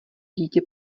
dítě